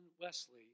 Wesley